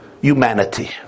humanity